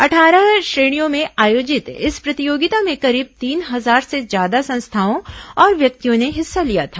अट्ठारह श्रेणियों में आयोजित इस प्रतियोगिता में करीब तीन हजार से ज्यादा संस्थाओं और व्यक्तियों ने हिस्सा लिया था